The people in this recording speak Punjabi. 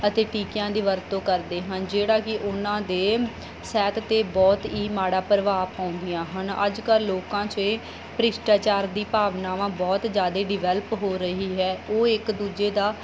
ਅਤੇ ਟੀਕਿਆਂ ਦੀ ਵਰਤੋਂ ਕਰਦੇ ਹਨ ਜਿਹੜਾ ਕਿ ਉਹਨਾਂ ਦੇ ਸਿਹਤ 'ਤੇ ਬਹੁਤ ਹੀ ਮਾੜਾ ਪ੍ਰਭਾਵ ਪਾਉਂਦੀਆਂ ਹਨ ਅੱਜ ਕੱਲ੍ਹ ਲੋਕਾਂ 'ਚ ਭਰਿਸ਼ਟਾਚਾਰ ਦੀ ਭਾਵਨਾਵਾਂ ਬਹੁਤ ਜ਼ਿਆਦਾ ਡਿਵੈਲਪ ਹੋ ਰਹੀ ਹੈ ਉਹ ਇੱਕ ਦੂਜੇ ਦਾ